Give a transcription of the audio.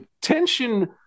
tension